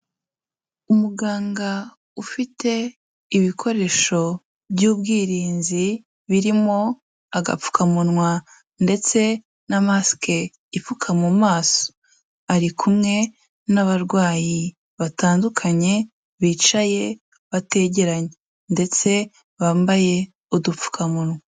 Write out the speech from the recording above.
Umuganga ufite ibikoresho by'ubwirinzi, birimo agapfukamunwa ndetse na masike ipfuka mu maso, ari kumwe n'abarwayi batandukanye, bicaye bategeranye ndetse bambaye udupfukamunwa.